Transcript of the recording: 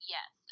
Yes